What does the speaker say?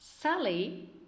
Sally